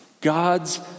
God's